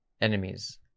enemies